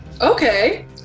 Okay